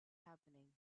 happening